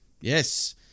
Yes